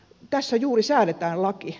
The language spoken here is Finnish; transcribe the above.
tässä juuri säädetään laki